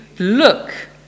look